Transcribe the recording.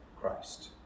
Christ